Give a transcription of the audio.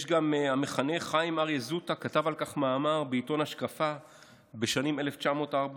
המחנך חיים אריה זוטא כתב על כך מאמר בעיתון השקפה בשנת 1904,